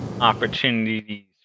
opportunities